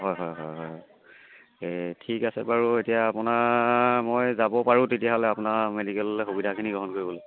হয় হয় হয় হয় এই ঠিক আছে বাৰু এতিয়া আপোনাৰ মই যাব পাৰোঁ তেতিয়াহ'লে আপোনাৰ মেডিকেললৈ সুবিধাখিনি গ্ৰহণ কৰিবলৈ